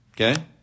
Okay